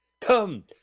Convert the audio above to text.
Come